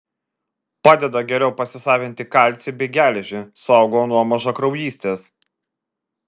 padeda geriau pasisavinti kalcį bei geležį saugo nuo mažakraujystės